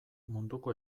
munduko